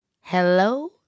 Hello